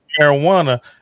marijuana